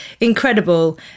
incredible